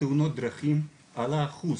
תאונות הדרכים עלה, עלה האחוז